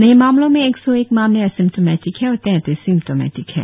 नए मामलो में एक सौ एक मामले असिम्टोमेटिक है और तैंतीस सिम्टोमेटिक है